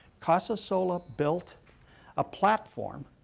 casasola built a platform,